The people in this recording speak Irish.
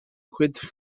chuid